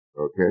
Okay